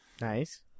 Nice